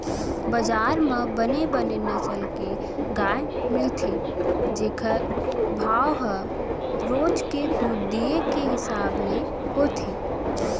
बजार म बने बने नसल के गाय मिलथे जेकर भाव ह रोज के दूद दिये के हिसाब ले होथे